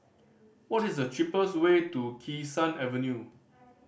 what is the cheapest way to Kee Sun Avenue